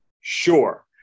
sure